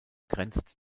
grenzt